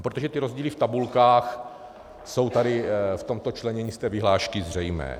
Protože ty rozdíly v tabulkách jsou tady v tomto členění z té vyhlášky zřejmé.